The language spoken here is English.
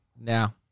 Now